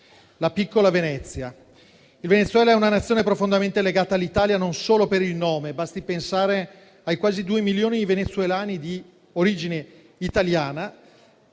la piccola Venezia. Il Venezuela è una Nazione profondamente legata all'Italia, non solo per il nome: basti pensare ai quasi due milioni di venezuelani di origine italiana.